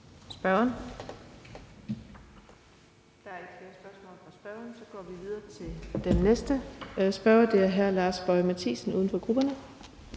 Der er ikke flere spørgsmål, så vi går videre til den næste spørger, og det er hr. Lars Boje Mathiesen, uden for grupperne.